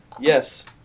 Yes